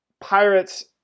pirates